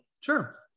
sure